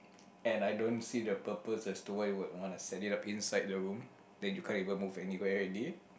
and I don't see the purpose as to why you would wanna set it up inside the room then you can't even move anywhere already